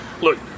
look